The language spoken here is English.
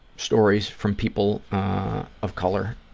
stories from people of color,